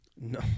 No